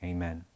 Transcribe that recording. Amen